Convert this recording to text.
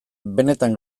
benetan